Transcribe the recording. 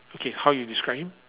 okay how you describe him